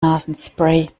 nasenspray